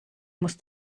musst